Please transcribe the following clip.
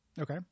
Okay